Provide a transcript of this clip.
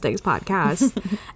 podcast